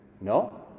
No